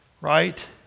right